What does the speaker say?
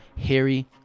Harry